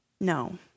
No